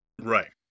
Right